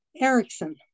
Erickson